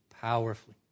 powerfully